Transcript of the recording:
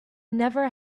never